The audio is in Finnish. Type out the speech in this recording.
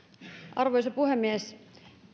arvoisa puhemies